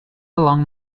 along